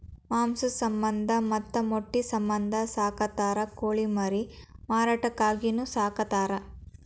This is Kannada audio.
ಮಾಂಸದ ಸಮಂದ ಮತ್ತ ಮೊಟ್ಟಿ ಸಮಂದ ಸಾಕತಾರ ಕೋಳಿ ಮರಿ ಮಾರಾಟಕ್ಕಾಗಿನು ಸಾಕತಾರ